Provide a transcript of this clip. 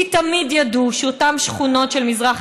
כי תמיד ידעו שאותן שכונות של מזרח